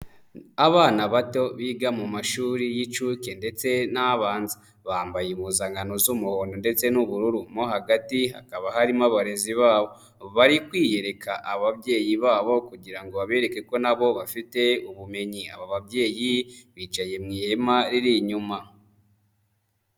Abana bato biga mu mashuri y'incuke ndetse n'abanza, bambaye impuzankan z'umuhondo ndetse n'ubururu, mo hagati hakaba harimo abarezi babo, bari kwiyereka ababyeyi babo kugira ngo babereke ko nabo bafite ubumenyi, aba babyeyi bicaye mu ihema riri inyuma.